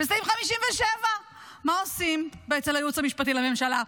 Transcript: בסעיף 57. מה עושים אצל הייעוץ המשפטי לממשלה?